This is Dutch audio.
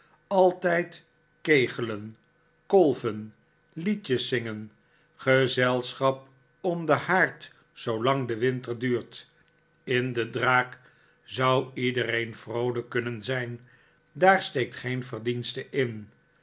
altijd kegelen kolven liedjes zingen gezelschap om den haard zoolang de winter duurt in de draak zou iedereen vroolijk kun nen zijn daar steekt geen verdienste in